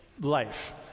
life